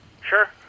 Sure